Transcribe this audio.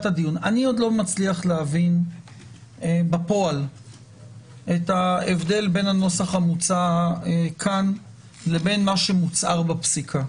להבין בפועל את ההבדל בין הנוסח המוצע כאן לבין מה שמוצהר בפסיקה.